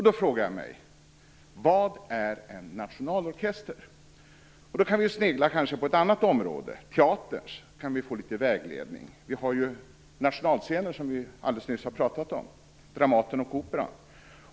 Då frågar jag mig: Vad är en nationalorkester? Vi kan kanske snegla på ett annat område, nämligen teaterns, för att få litet vägledning. Vi har ju nationalscener som vi alldeles nyss har pratat om, nämligen Dramaten och Operan.